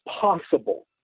possible